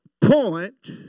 point